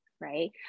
right